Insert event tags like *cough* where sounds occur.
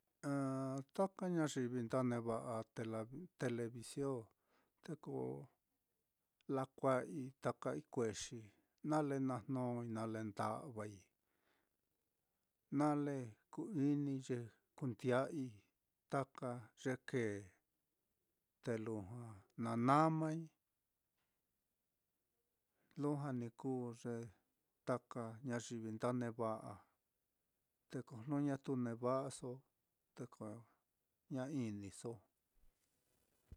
*hesitation* taka ñayivi nda neva'a tela television te ko lakua'ai taka ikuexi nale na jnói nale nda'vai, nale ku inii ye kunde'ai taka ye kee, te lujua na namai, lujua ni kuu ye taka ñayivi nda neva'a, te ko jnu ñatu neva'aso te ko ña iniso.